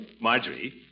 Marjorie